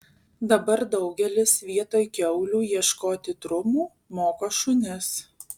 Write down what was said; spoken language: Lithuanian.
dabar daugelis vietoj kiaulių ieškoti trumų moko šunis